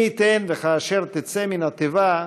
מי ייתן וכאשר תצאו מן התיבה,